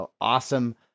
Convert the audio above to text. awesome